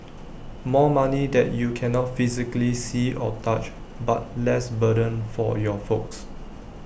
more money that you cannot physically see or touch but less burden for your folks